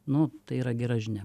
nu tai yra gera žinia